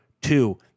two